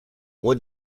what